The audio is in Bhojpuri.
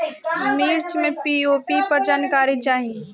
मिर्च मे पी.ओ.पी पर जानकारी चाही?